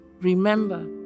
Remember